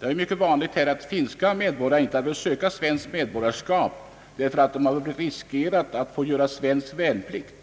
Det är mycket vanligt att framför allt finska medborgare inte vill söka svenskt medborgarskap därför att de riskerar att få göra svensk värnplikt.